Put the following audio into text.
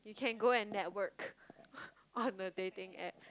you can go and network on the dating App